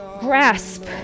grasp